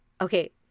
Okay